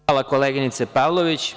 Hvala koleginice Pavlović.